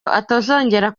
atazongera